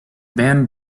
band